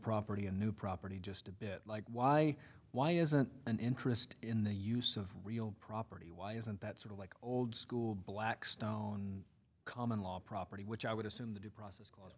property and new property just a bit like why why isn't an interest in the use of real property why isn't that sort of like old school blackstone common law property which i would assume the due process wou